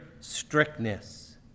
strictness